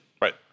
Right